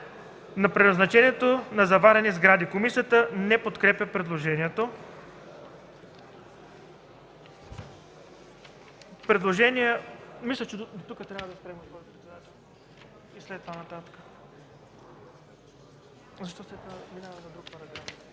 на предназначението на заварени сгради.” Комисията не подкрепя предложението.